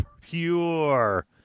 pure